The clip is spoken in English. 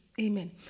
Amen